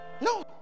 no